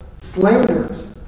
slanders